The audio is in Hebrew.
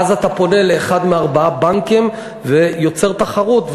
ואז אתה פונה לאחד מארבעה בנקים ויוצר תחרות,